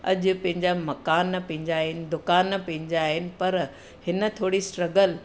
अॼु पंहिंजा मकान पंहिंजा आहिनि दुकान पंहिंजा आहिनि पर हिन थोरी स्ट्रगल